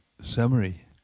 summary